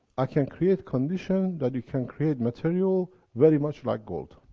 i can create conditions that you can create material very much like gold.